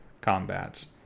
combats